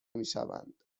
میشوند